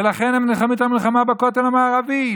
ולכן הם נלחמים את המלחמה בכותל המערבי,